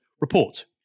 report